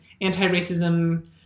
anti-racism